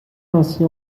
ainsi